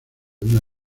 una